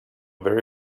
very